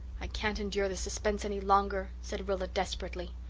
i can't endure this suspense any longer, said rilla desperately.